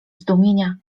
zdumienia